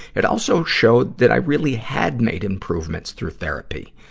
it also showed that i really had made improvements through therapy.